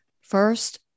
first